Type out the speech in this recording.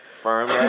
Firm